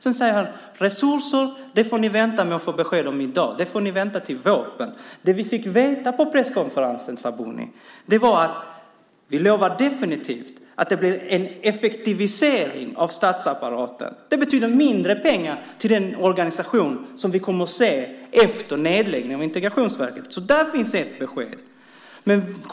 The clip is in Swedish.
Sedan säger statsrådet att vi får vänta med att få besked om resurser till vårpropositionen. Det vi fick veta på presskonferensen, Sabuni, var att ni lovade definitivt att det blir en effektivisering av statsapparaten. Det betyder mindre pengar till den organisation som kommer efter nedläggningen av Integrationsverket. Där finns ett besked.